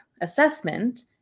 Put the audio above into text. assessment